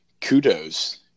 kudos